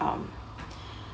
um